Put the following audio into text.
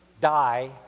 die